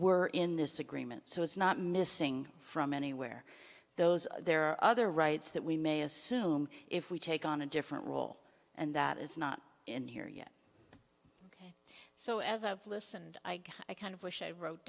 were in this agreement so it's not missing from anywhere those there are other rights that we may assume if we take on a different role and that is not in here yet so as i've listened i kind of wish i wrote